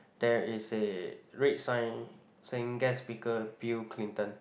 there is a red sign saying guest speaker Bill Clinton